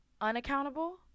unaccountable